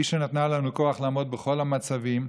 היא שנתנה לנו כוח לעמוד בכל המצבים.